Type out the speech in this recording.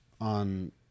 on